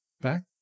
Back